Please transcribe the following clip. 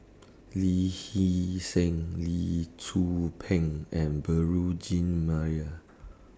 Lee Hee Seng Lee Tzu Pheng and Beurel Jean Marie